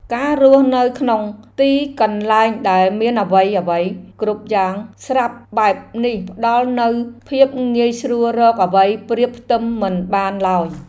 ការរស់នៅក្នុងទីកន្លែងដែលមានអ្វីៗគ្រប់យ៉ាងស្រាប់បែបនេះផ្តល់នូវភាពងាយស្រួលរកអ្វីប្រៀបផ្ទឹមមិនបានឡើយ។